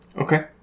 okay